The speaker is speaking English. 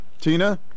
Tina